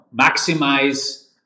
maximize